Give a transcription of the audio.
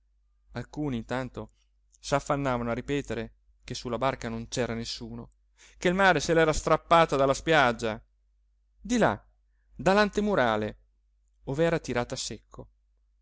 alcuni intanto s'affannavano a ripetere che sulla barca non c'era nessuno che il mare se l'era strappata dalla spiaggia di là dall'antemurale ov'era tirata a secco